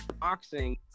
boxing